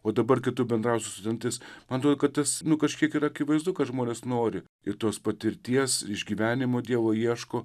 o dabar kai tu bendrauji su studentais man tai atrodo kad tas nu kažkiek yra akivaizdu kad žmonės nori ir tos patirties išgyvenimų dievo ieško